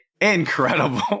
incredible